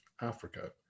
Africa